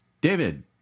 David